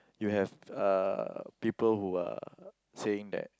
you have uh people who are saying that